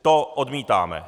To odmítáme.